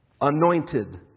Anointed